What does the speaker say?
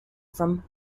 from